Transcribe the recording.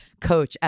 coach